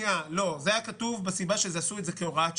לא, זה היה כתוב כסיבה שעשו את זה כהוראת שעה.